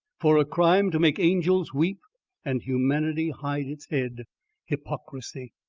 for a crime to make angels weep and humanity hide its head hypocrisy!